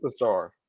superstar